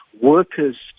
Workers